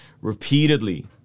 Repeatedly